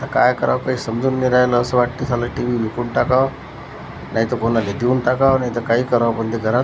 आता काय करावं काही समजून नाही राहिलं असं वाटते सालं टी व्ही विकून टाकावा नाहीतर कोणाला देऊन टाकावा नाहीतर काही करावं पण ते घरात